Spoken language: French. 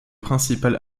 principal